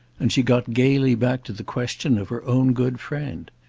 and she got gaily back to the question of her own good friend.